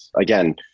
again